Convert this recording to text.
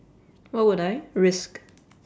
what would I risk